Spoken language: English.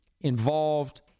involved